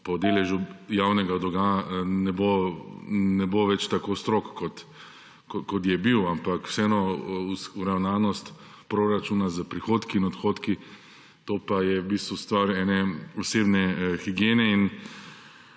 po deležu javnega dolga ne bo več tako strog, kot je bil, ampak vseeno, uravnanost proračuna z prihodki in odhodki, to pa je v bistvu stvar ene osebne higiene.